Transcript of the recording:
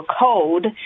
code